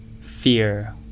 fear